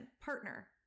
partner